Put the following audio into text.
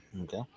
Okay